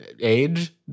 age